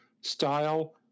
style